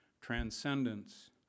transcendence